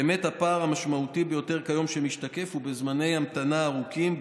באמת הפער המשמעותי ביותר שמשתקף כיום הוא בזמני המתנה ארוכים,